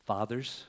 Fathers